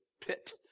pit